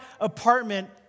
apartment